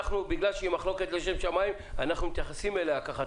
מכיוון שזאת מחלוקת לשם שמים אנחנו מתייחסים אליה ככה.